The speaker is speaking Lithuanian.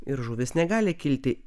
ir žuvis negali kilti